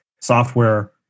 software